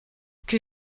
que